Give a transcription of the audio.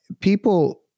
people